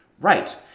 Right